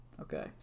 okay